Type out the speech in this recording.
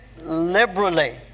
Liberally